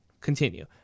Continue